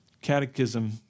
catechism